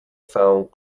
found